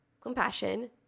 compassion